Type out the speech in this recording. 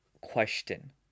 question